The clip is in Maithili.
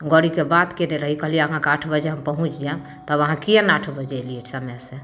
गाड़ीके बात कएने रही कहलिए अहाँके आठ बजे हम पहुँच जाएब तब अहाँ किएक नहि आठ बजे अएलिए समय से अँए